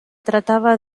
trataba